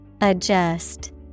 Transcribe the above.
Adjust